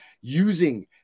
using